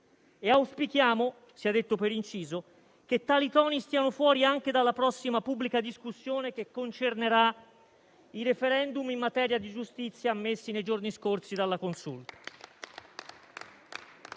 e auspichiamo - sia detto per inciso - che tali toni stiano fuori anche dalla prossima pubblica discussione che concernerà i *referendum* in materia di giustizia ammessi nei giorni scorsi dalla Consulta.